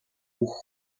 бүх